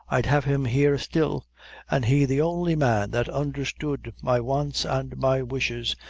i'd have him here still and he the only man that understood my wants and my wishes,